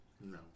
no